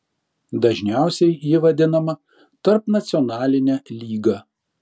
dažniausiai ji vadinama tarpnacionaline lyga